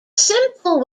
simple